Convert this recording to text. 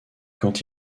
quand